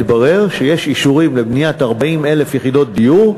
התברר שיש אישורים לבניית 40,000 יחידות דיור,